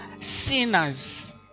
sinners